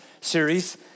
series